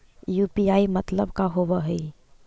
UPI मतलब का होब हइ?